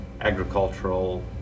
agricultural